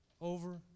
over